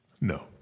No